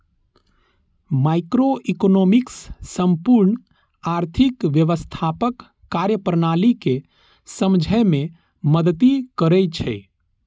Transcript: microeconomics संपूर्ण आर्थिक व्यवस्थाक कार्यप्रणाली कें समझै मे मदति करै छै